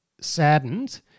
saddened